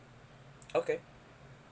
okay